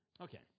Okay